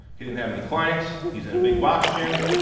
he didn't have any clients, he's in a big box gym,